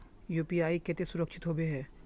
UPI केते सुरक्षित होबे है?